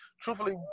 Truthfully